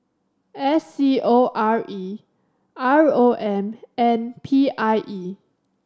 S C O R E R O M and P I E